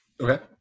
Okay